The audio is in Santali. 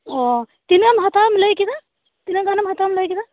ᱚᱻ ᱛᱤᱱᱟᱹᱜ ᱮᱢ ᱦᱟᱛᱟᱣᱟᱢ ᱞᱟᱹᱭ ᱠᱮᱫᱟ ᱛᱤᱱᱟᱹᱜ ᱜᱟᱱᱮᱱ ᱦᱟᱛᱟᱣᱟᱢ ᱞᱟᱹᱭ ᱠᱮᱫᱟ